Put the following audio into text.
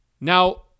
Now